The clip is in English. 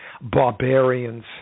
barbarians